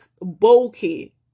bulky